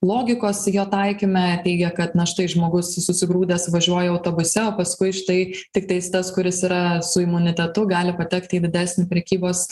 logikos jo taikyme teigia kad na štai žmogus susigrūdęs važiuoja autobuse o paskui štai tiktais tas kuris yra su imunitetu gali patekti į didesnį prekybos